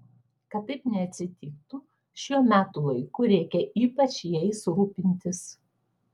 kad taip neatsitiktų šiuo metų laiku reikia ypač jais rūpintis